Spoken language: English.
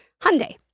Hyundai